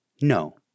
No